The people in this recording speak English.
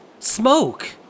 Smoke